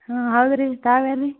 ಹಾಂ ಹೌದು ರೀ ತಾವು ಯಾರು ರೀ